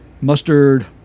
mustard